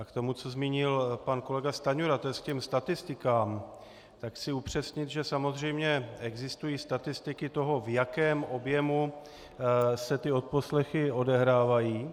A k tomu, co zmínil pan kolega Stanjura, to jest k těm statistikám, chci upřesnit, že samozřejmě existují statistiky toho, v jakém objemu se odposlechy odehrávají.